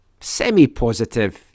semi-positive